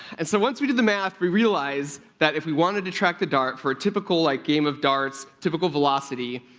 and so, once we did the math, we realized that if we wanted to track the dart for a typical, like, game of darts, typical velocity,